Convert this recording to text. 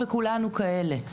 וכולנו כאלה.